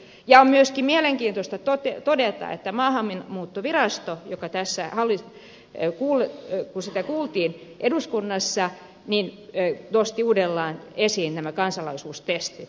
on myöskin mielenkiintoista todeta että maahanmuuttovirasto kun sitä kuultiin eduskunnassa nosti uudelleen esiin nämä kansalaisuustestit